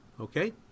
okay